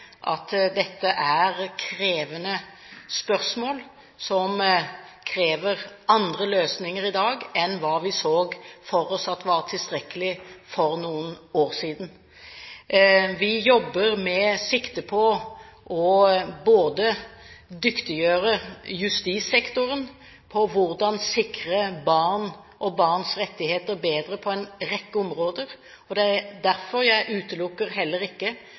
at dette er krevende spørsmål som krever andre løsninger i dag enn hva vi så for oss var tilstrekkelig for noen år siden. Vi jobber med sikte på å dyktiggjøre justissektoren på hvordan vi sikrer barn og barns rettigheter bedre på en rekke områder. Det er derfor jeg heller ikke